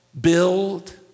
build